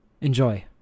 Enjoy